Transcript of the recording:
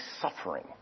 suffering